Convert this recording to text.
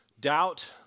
Doubt